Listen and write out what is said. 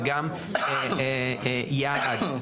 וגם יעד.